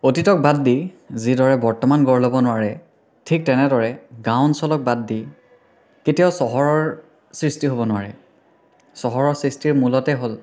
অতীতক বাদ দি যিদৰে বৰ্তমান গঢ় ল'ব নোৱাৰে ঠিক তেনেদৰে গাঁও অঞ্চলক বাদ দি কেতিয়াও চহৰৰ সৃষ্টি হ'ব নোৱাৰে চহৰৰ সৃষ্টিৰ মূলতে হ'ল